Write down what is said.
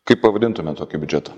kaip pavadintumėt tokį biudžetą